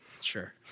sure